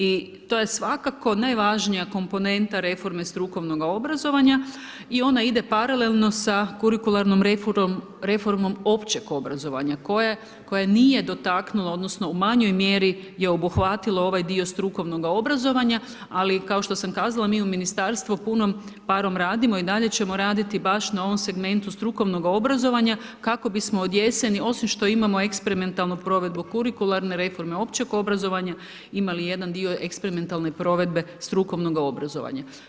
I to je svakako najvažnija komponenta reforme strukovnoga obrazovanja i ona ide paralelno sa kurikularnom reformom općeg obrazovanja koja nije dotaknula, odnosno, u manjoj mjeri je obuhvatila ovaj dio strukovnog obrazovanja, ali kao što sam kazala, mi u ministarstvu punom parom radimo i dalje ćemo raditi baš na ovom segmentu strukovnog obrazovanja, kako bismo od jeseni, osim što imamo eksperimentalnu provedbu kurikularne reforme, općeg obrazovanja imali jedan dio eksperimentalne provedbe strukovnog obrazovanja.